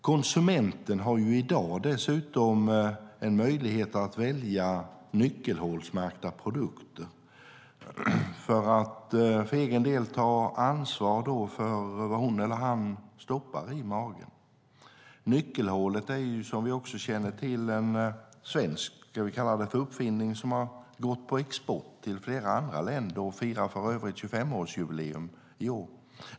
Konsumenten har i dag dessutom en möjlighet att välja nyckelhålsmärkta produkter för att för egen del ta ansvar för vad man stoppar i magen. Nyckelhålet är, som vi känner till, en svensk uppfinning, kan man säga, som har gått på export till flera andra länder. Den firar för övrigt 25-årsjubileum i år.